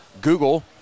Google